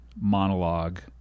monologue